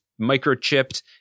microchipped